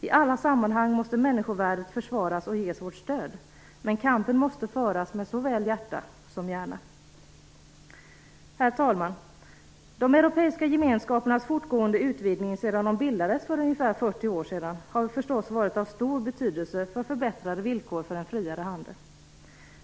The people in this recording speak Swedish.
I alla sammanhang måste människovärdet försvaras och ges stöd, men kampen måste föras med såväl hjärta som hjärna. Herr talman! De europeiska gemenskapernas fortgående utvidgning sedan de bildades för ungefär 40 år sedan, har förstås varit av stor betydelse för förbättrade villkor för en friare handel.